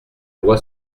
loi